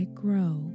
grow